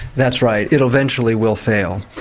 that's right, it eventually will fail.